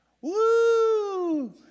Woo